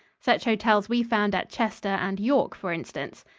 such hotels we found at chester and york, for instance.